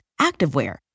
activewear